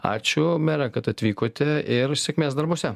ačiū mere kad atvykote ir sėkmės darbuose